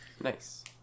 Nice